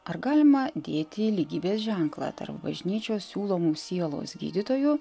ar galima dėti lygybės ženklą tarp bažnyčios siūlomų sielos gydytojų